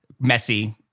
messy